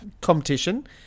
competition